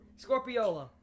Scorpiola